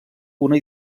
una